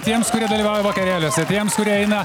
tiems kurie dalyvavo vakarėliuose tiems kurie eina